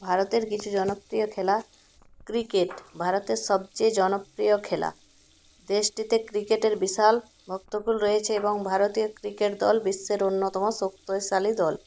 ভারতের কিছু জনপ্রিয় খেলা ক্রিকেট ভারতের সবচেয়ে জনপ্রিয় খেলা দেশটিতে ক্রিকেটের বিশাল ভক্তকুল রয়েছে এবং ভারতীয় ক্রিকেট দল বিশ্বের অন্যতম শক্তিশালী দল